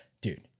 Dude